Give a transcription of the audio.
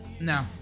No